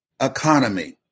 economy